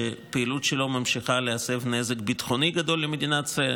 שהפעילות שלו ממשיכה להסב נזק ביטחוני גדול למדינת ישראל.